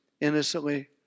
innocently